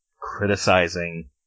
criticizing